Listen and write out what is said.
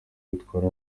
bitwara